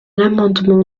l’amendement